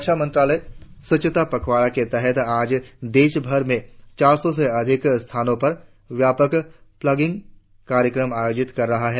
रक्षा मंत्रालय स्वच्छता पखवाड़े के तहत आज देशभर में चार सौ से अधिक स्थानों पर व्यापक प्लॉगिंग कार्यक्रम आयोजित कर रहा है